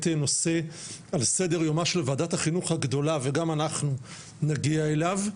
נושא על סדר יומה של ועדת החינוך הגדולה וגם אנחנו נגיע אליו,